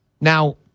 Now